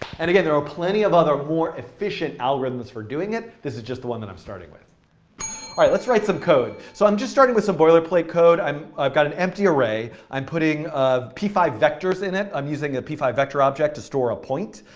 and again, there are plenty of other more efficient algorithms for doing it, this is just the one that i'm starting with. all right, let's write some code. so i'm just starting with some boilerplate code. i've got an empty array. i'm putting p five vectors in it. i'm using a p five vector object to store a point.